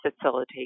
facilitate